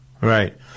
Right